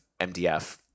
MDF